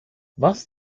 was